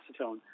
acetone